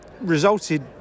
resulted